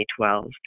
2012